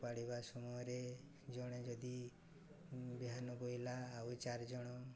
ଉପାଡ଼ିବା ସମୟରେ ଜଣେ ଯଦି ବିହନ ବୋଇଲା ଆଉ ଚାରିଜଣ